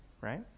right